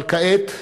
אבל כעת,